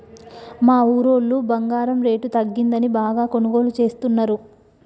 మా ఊరోళ్ళు బంగారం రేటు తగ్గిందని బాగా కొనుగోలు చేస్తున్నరు